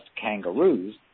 kangaroos